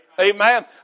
Amen